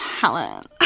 Talent